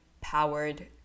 powered